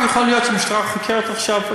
יכול להיות שהמשטרה חוקרת עכשיו.